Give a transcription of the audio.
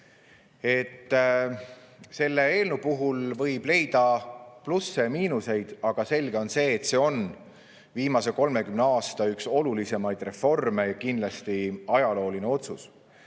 eelnõu puhul võib leida plusse ja miinuseid, aga on selge, et see on viimase 30 aasta üks olulisemaid reforme ja kindlasti ajalooline otsus.